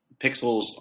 pixels